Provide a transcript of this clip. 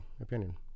opinion